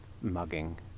mugging